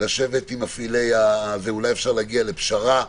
לשבת עם מפעילי אולי אפשר להגיע לפשרה.